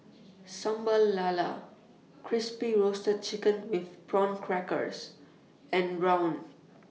Sambal Lala Crispy Roasted Chicken with Prawn Crackers and Rawon